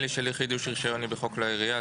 העבירה של אי חידוש היא בחוק לעירייה,